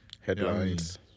Headlines